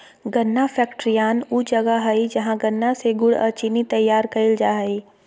गन्ना फैक्ट्रियान ऊ जगह हइ जहां गन्ना से गुड़ अ चीनी तैयार कईल जा हइ